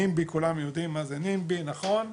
נימב"י, כולם יודעים מה זה נימב"י, נכון?